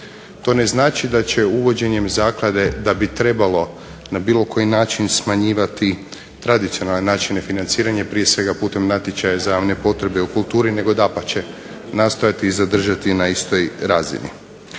To ne znači da će uvođenjem zaklade, da bi trebalo na bilo koji način smanjivati tradicionalne načine financiranja, prije svega putem natječaja za javne potrebe u kulturi nego dapače nastojati ih zadržati na istoj razini.